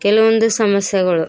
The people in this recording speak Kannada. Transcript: ಕೆಲವೊಂದು ಸಮಸ್ಯೆಗಳು